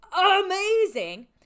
amazing